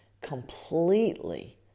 completely